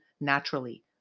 naturally